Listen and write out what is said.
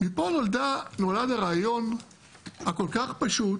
מפה נולד הרעיון הכל-כך פשוט